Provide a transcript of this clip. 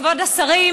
כבוד השרים,